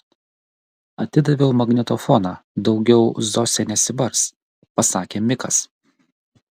atidaviau magnetofoną daugiau zosė nesibars pasakė mikas